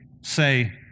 say